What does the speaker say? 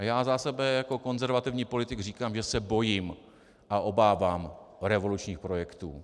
Za sebe jako konzervativní politik říkám, že se bojím a obávám revolučních projektů.